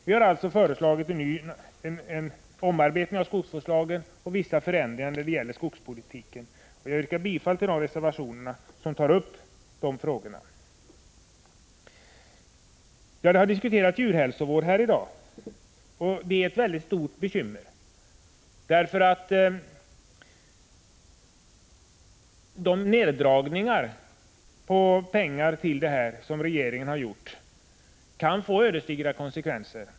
Vi har alltså föreslagit en omarbetning av skogsvårdslagen och vissa förändringar när det gäller skogspolitiken. Jag yrkar bifall till de reservationer som tar upp dessa frågor. Det har här i dag diskuterats djurhälsovård, som är ett väldigt stort bekymmer, eftersom de neddragningar av anslagen till denna verksamhet som regeringen har gjort kan få ödesdigra konsekvenser.